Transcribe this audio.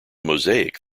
mosaic